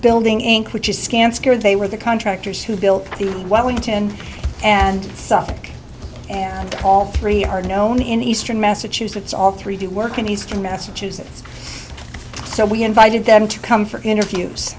building inc which is scamps care they were the contractors who built the wellington and suffolk and all three are known in eastern massachusetts all three do work in eastern massachusetts so we invited them to come for interviews